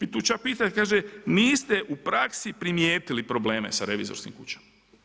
I tu čak piše, kaže, niste u praksi primijetili probleme sa revizorskim kućama.